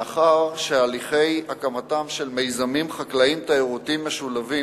מאחר שהליכי הקמתם של מיזמים חקלאיים-תיירותיים משולבים